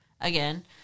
again